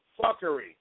fuckery